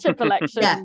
election